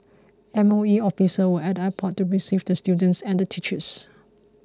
M O E officials were at the airport to receive the students and the teachers